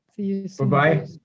Bye-bye